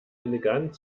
elegant